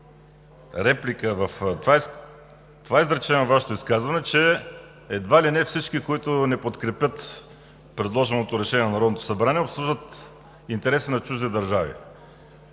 това изречение във Вашето изказване, че едва ли не всички, които не подкрепят предложеното решение на Народното събрание, обслужват интереси на чужди държави.